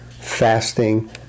fasting